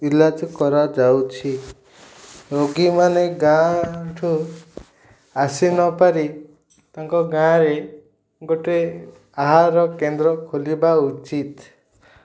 ଇଲାଜ୍ କରାଯାଉଛି ରୋଗୀମାନେ ଗାଁ'ଠୁ ଆସି ନ ପାରି ତାଙ୍କ ଗାଁ'ରେ ଗୋଟେ ଆହାର କେନ୍ଦ୍ର ଖୋଲିବା ଉଚିତ୍